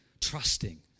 trusting